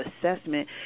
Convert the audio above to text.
assessment